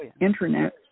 internet